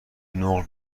نقل